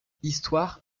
histoire